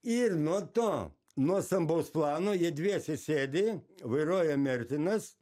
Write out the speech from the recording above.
ir nuo to nuo stambaus plano jie dviese sėdi vairuoja mertinas